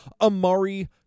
Amari